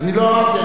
אני לא אמרתי.